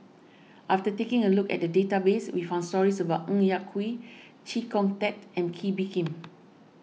after taking a look at the database we found stories about Ng Yak Whee Chee Kong Tet and Kee Bee Khim